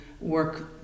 work